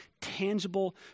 tangible